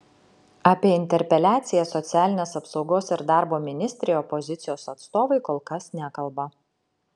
apie interpeliaciją socialinės apsaugos ir darbo ministrei opozicijos atstovai kol kas nekalba